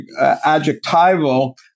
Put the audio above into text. adjectival